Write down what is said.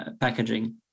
packaging